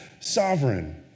sovereign